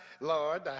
Lord